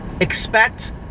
expect